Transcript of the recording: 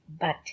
But